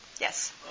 Yes